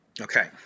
Okay